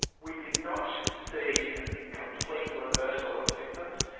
we did not see complete reversal of symptoms.